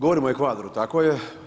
Govorimo o Ekvadoru, tako je.